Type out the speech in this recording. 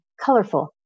colorful